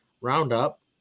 roundup